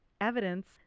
evidence